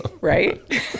right